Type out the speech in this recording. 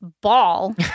ball